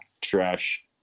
trash